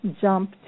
jump